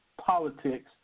politics